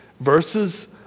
Verses